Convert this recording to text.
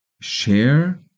share